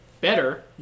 better